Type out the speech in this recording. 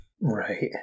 Right